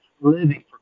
living